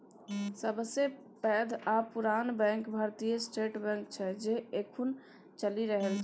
सबसँ पैघ आ पुरान बैंक भारतीय स्टेट बैंक छै जे एखनहुँ चलि रहल छै